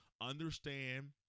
Understand